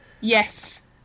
Yes